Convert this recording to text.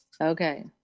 Okay